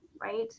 right